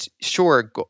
sure